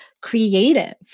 creative